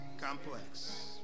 complex